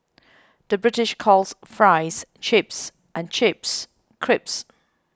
the British calls Fries Chips and Chips Crisps